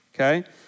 Okay